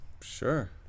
sure